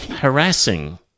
Harassing